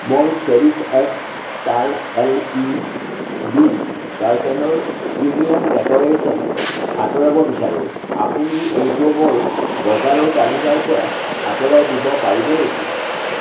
মই Cherish X star L E D কাৰ্টেইনৰ premium decoration আঁতৰাব বিচাৰোঁ আপুনি এইটো মোৰ বজাৰৰ তালিকাৰপৰা আঁতৰাই দিব পাৰিব নেকি